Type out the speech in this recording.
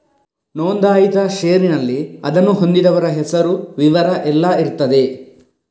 ನೋಂದಾಯಿತ ಷೇರಿನಲ್ಲಿ ಅದನ್ನು ಹೊಂದಿದವರ ಹೆಸರು, ವಿವರ ಎಲ್ಲ ಇರ್ತದೆ